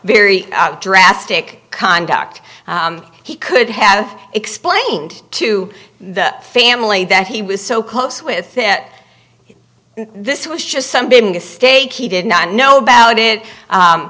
very drastic conduct he could have explained to the family that he was so close with that this was just somebody mistake he did not know about it